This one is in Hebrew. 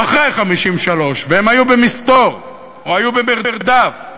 או אחרי 1953 והיו במסתור או היו במרדף?